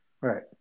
Right